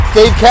Dave